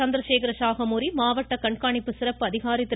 சந்திரசேகர சாகமூரி மாவட்ட கண்காணிப்பு சிறப்பு அதிகாரி திரு